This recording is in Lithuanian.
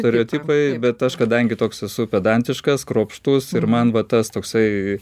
stereotipai bet aš kadangi toks esu pedantiškas kruopštus ir man va tas toksai